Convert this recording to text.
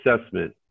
assessment